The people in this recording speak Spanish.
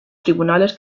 tribunales